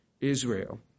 Israel